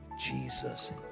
Jesus